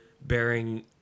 bearing